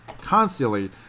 constantly